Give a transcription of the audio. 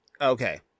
Okay